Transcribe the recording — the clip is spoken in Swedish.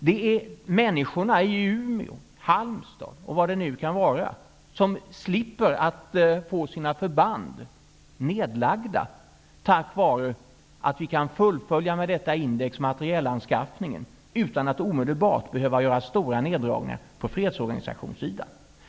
Det är människorna i t.ex. Umeå och Halmstad som slipper råka ut för att deras förband läggs ner tack vare att vi med detta index kan fullfölja materielanskaffningen utan att omedelbart behöva göra stora neddragningar på fredsorganisationssidan.